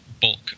bulk